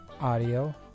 Audio